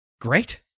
great